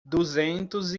duzentos